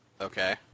Okay